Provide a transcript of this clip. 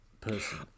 person